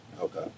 Okay